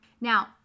Now